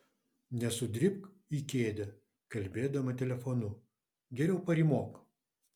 nesudribk į kėdę kalbėdama telefonu geriau parymok